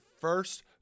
first